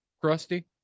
crusty